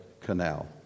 Canal